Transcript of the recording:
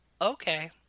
Okay